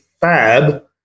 fab